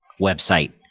website